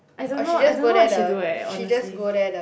I don't know I don't know what she do eh honestly